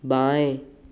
बाएँ